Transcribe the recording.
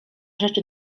rzeczy